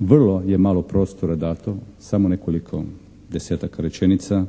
Vrlo je malo prostora dato, samo nekoliko desetaka rečenica,